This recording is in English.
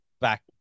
back